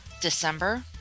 December